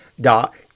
dot